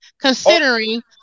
considering